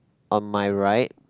on my right